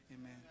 Amen